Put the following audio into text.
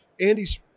Andy's